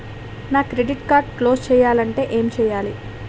నా credit card close చేయాలంటే ఏంటి చేయాలి?